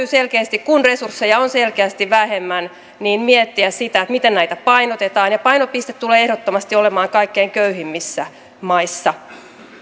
selkeästi kun resursseja on selkeästi vähemmän miettiä sitä miten näitä painotetaan ja painopiste tulee ehdottomasti olemaan kaikkein köyhimmissä maissa